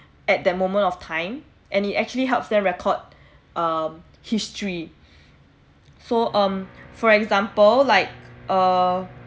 at that moment of time and it actually helps them record uh history so um for example like uh